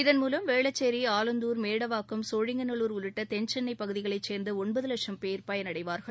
இதன்மூவம் வேளச்சேரி ஆலந்தூர் மேடவாக்கம் சோழிங்கநல்லூர் உள்ளிட்ட தென்சென்னை பகுதிகளைச் சேர்ந்த ஒன்பது லட்சம் பேர் பயனடைவார்கள்